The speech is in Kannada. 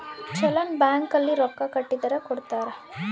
ಚಲನ್ ಬ್ಯಾಂಕ್ ಅಲ್ಲಿ ರೊಕ್ಕ ಕಟ್ಟಿದರ ಕೋಡ್ತಾರ